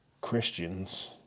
Christians